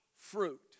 fruit